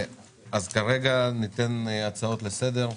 הצעות לסדר.